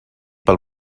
pel